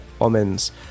Omens